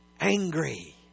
angry